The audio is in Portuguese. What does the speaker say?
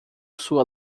sua